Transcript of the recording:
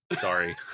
Sorry